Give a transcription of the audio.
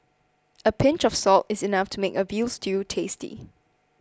a pinch of salt is enough to make a Veal Stew tasty